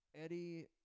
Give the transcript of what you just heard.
Eddie